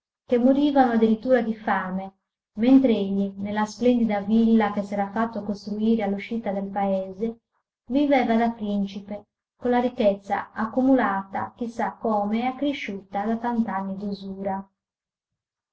che morivano addirittura di fame mentr'egli nella splendida villa che s'era fatta costruire all'uscita del paese viveva da principe con la ricchezza accumulata chi sa come e accresciuta da tant'anni d'usura